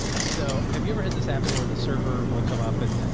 so, have you ever had this happen where the server will come up and,